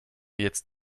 jetzt